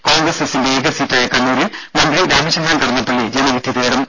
കോൺഗ്രസ് എസിന്റെ ഏക സീറ്റായ കണ്ണൂരിൽ മന്ത്രി രാമചന്ദ്രൻ കടന്നപ്പള്ളി ജനവിധി തേടും